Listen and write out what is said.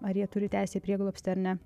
ar jie turi teisę į prieglobstį ar ne